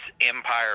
empire